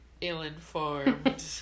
ill-informed